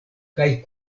kaj